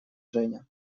женя